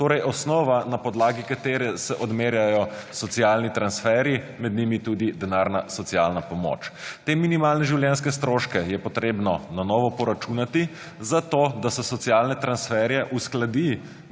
torej osnova, na podlagi katere se odmerjajo socialni transferji, med njimi tudi denarna socialna pomoč. Te minimalne življenjske stroške je potrebno na novo poračunati zato, da se socialne transferje uskladi